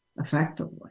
effectively